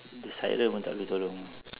the siren pun tak boleh tolong